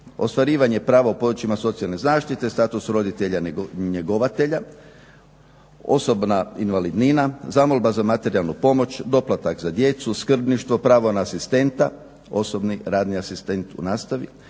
ostvarivanje prava u područjima socijalne zaštite, status roditelja njegovatelja, osobna invalidnina, zamolba za materijalnu pomoć, doplatak za djecu, skrbništvo, pravo na asistenta, osobni radni asistent u nastavi,